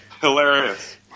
Hilarious